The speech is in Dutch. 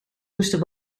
moesten